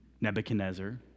Nebuchadnezzar